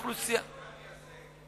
השאלה היא, בחוק,